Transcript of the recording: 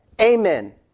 Amen